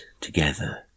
together